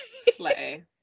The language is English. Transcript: slay